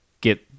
get